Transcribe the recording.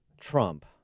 Trump